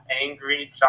angry